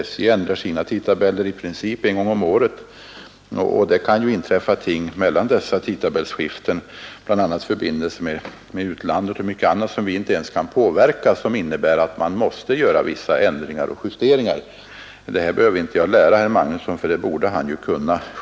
SJ ändrar sina tidtabeller i princip en gång om året, och det kan ju inträffa ting mellan dessa tidtabellsskiften när det gäller förbindelserna med utlandet och mycket annat som vi inte kan påverka och som innebär att man måste göra vissa ändringar och justeringar. Det här behöver jag inte lära herr Magnusson, för det borde han ju kunna.